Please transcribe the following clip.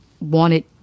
wanted